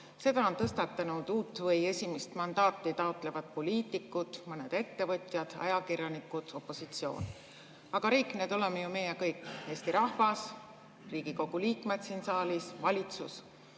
Selle on tõstatanud uut või esimest mandaati taotlevad poliitikud, mõned ettevõtjad, ajakirjanikud, opositsioon. Aga riik, need oleme ju meie kõik: Eesti rahvas, Riigikogu liikmed siin saalis, valitsus.